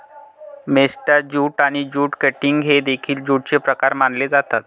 मेस्टा jute आणि jute cutting हे देखील ज्यूटचे प्रकार मानले जातात